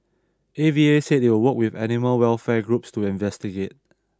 A V A said they would work with animal welfare groups to investigate